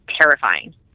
terrifying